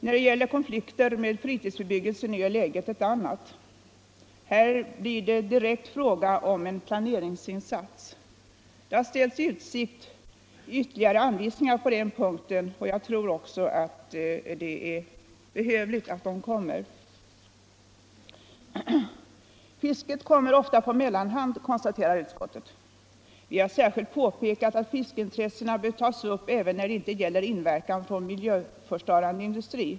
När det gäller konflikter med fritidsbebyggelsen är läget ett annat. Här blir det direkt fråga om en planeringsinsats. Det har ställts i utsikt ytterligare anvisningar på den punkten, och jag tror att sådana också behövs. Fisket kommer ofta på mellanhand, konstaterar utskottet. Vi har särskilt påpekat att fiskeintressena bör tas upp även när det inte gäller inverkan från miljöförstörande industri.